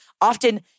often